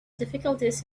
difficulties